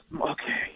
okay